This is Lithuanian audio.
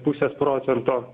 pusės procento